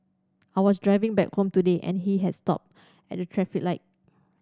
I was driving back home today and he had stopped at traffic light